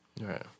Right